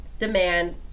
demand